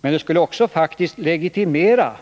Men det skulle också faktiskt legitimera